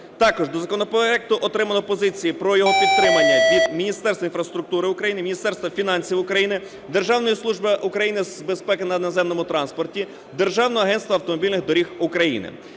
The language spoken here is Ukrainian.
Також до законопроекту отримано позиції про його підтримання від Міністерства інфраструктури України, Міністерства фінансів України, Державної служби України з безпеки на наземному транспорті, Держаного агентства автомобільних доріг України.